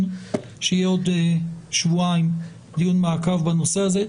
בעוד שבועיים יש לנו עוד דיון מעקב בנושא הזה.